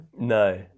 No